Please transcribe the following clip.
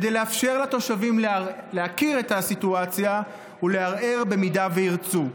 כדי לאפשר לתושבים להכיר את הסיטואציה ולערער אם ירצו.